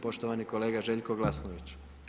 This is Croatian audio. Poštovani kolega Željko Glasnović.